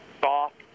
soft